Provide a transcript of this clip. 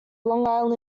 long